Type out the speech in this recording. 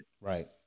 Right